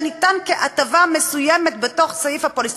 זה ניתן כהטבה מסוימת בתוך סעיף הפוליסה.